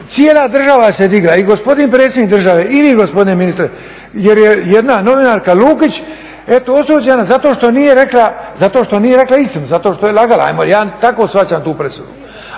cijela država se digla i gospodin predsjednik države i vi gospodine ministre, jer je jedna novinarka Lukić eto osuđena zato što nije rekla istinu, zato što je lagala, hajmo, ja tako shvaćam tako tu presudu.